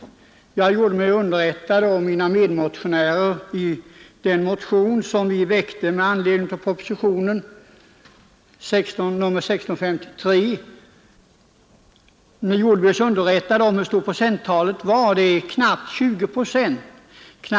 Tillsammans med mina medmotionärer i motionen 1653 har jag gjort mig underrättad om att knappt 20 procent av jordbrukarna i dessa bygder kommer upp till en så stor produktion.